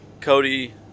Cody